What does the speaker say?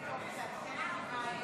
התשפ"ה 2024,